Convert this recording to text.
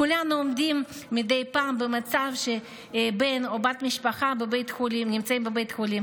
כולנו עומדים מדי פעם במצב שבן או בת משפחה נמצא בבתי חולים,